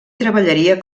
treballaria